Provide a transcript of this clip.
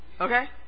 okay